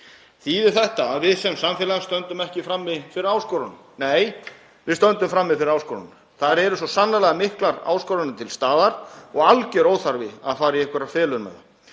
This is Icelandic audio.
Þýðir þetta að við sem samfélag stöndum ekki frammi fyrir áskorunum? Nei, við stöndum frammi fyrir áskorunum. Það eru svo sannarlega miklar áskoranir til staðar og alger óþarfi að fara í felur með það.